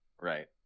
right